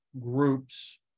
groups